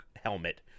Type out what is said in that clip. helmet